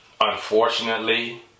unfortunately